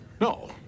No